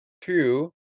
two